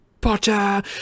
Potter